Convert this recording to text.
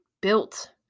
built